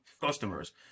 customers